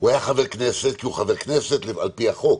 הוא היה חבר כנסת כי הוא חבר כנסת על פי החוק,